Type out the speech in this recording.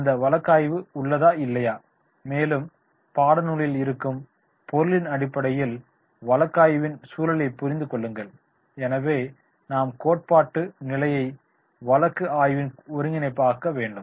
அந்த வழக்காய்வு உள்ளதா இல்லையா மேலும் பாடநூலில் இருக்கும் பொருளின் அடிப்படையில் வழக்காய்வின் சூழலைப் புரிந்து கொள்ளுங்கள் எனவே நாம் கோட்பாட்டு அறிவை வழக்கு ஆய்வுடன் ஒருங்கிணைக்க வேண்டும்